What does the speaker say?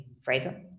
Fraser